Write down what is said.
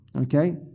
Okay